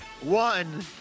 one